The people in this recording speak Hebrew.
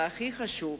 והכי חשוב,